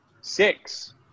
six